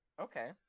Okay